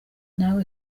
nawe